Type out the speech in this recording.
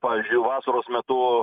pavyzdžiui vasaros metu